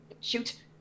Shoot